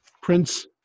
Prince